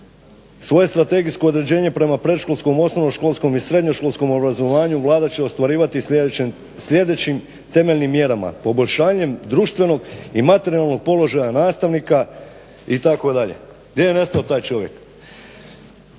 Svoje strategijsko određenje prema predškolskom, osnovnoškolskom i srednjoškolskom obrazovanju Vlada će ostvarivati sljedećim temeljnim mjerama – poboljšanjem društvenog i materijalnog položaja nastavnika itd. Gdje je nestao taj čovjek?